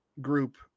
group